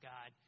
God